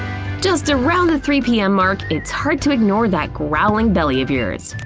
just around the three pm mark, it's hard to ignore that growling belly of yours.